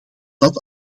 dat